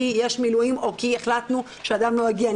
כי יש מילואים או כי החלטנו שאדם לא יגיע.